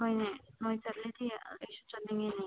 ꯍꯣꯏꯅꯦ ꯅꯣꯏ ꯆꯠꯂꯗꯤ ꯑꯩꯁꯨ ꯆꯠꯅꯤꯡꯉꯦꯅꯦ